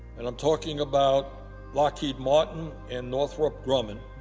and i'm talking about lockheed martin and northrop grumman,